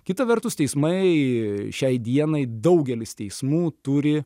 kita vertus teismai šiai dienai daugelis teismų turi